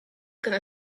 gonna